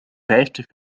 vijftig